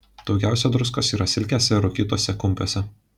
daugiausia druskos yra silkėse ir rūkytuose kumpiuose